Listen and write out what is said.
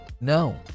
No